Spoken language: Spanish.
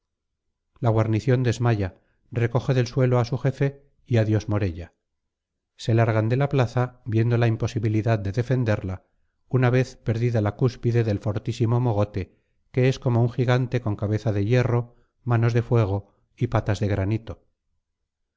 la guarnición desmaya recoge del suelo a su jefe y adiós morella se largan de la plaza viendo la imposibilidad de defenderla una vez perdida la cúspide del fortísimo mogote que es como un gigante con cabeza de hierro manos de fuego y patas de granito